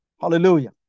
hallelujah